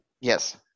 Yes